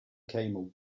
came